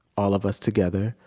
all of us together,